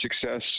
success